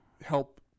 help